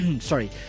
sorry